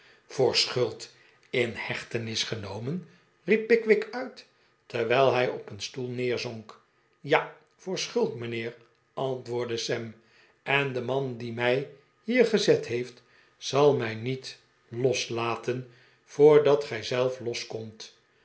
voor schuld in hechtenis genomen riep pickwick uit terwijl hij op een stoel neerzonk ja voor schuld mijnheer antwoordde sam en de man die mij hier gezet heeft zal mij niet loslaten voordat gij